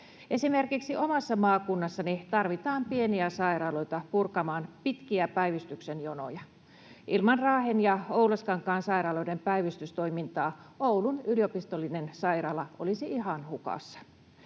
Esimerkiksi omassa maakunnassani tarvitaan pieniä sairaaloita purkamaan pitkiä päivystyksen jonoja. Ilman Raahen ja Oulaskankaan sairaaloiden päivystystoimintaa Oulun yliopistollinen sairaala olisi ihan hukassa.